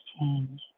change